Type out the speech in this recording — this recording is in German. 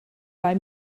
bei